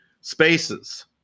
spaces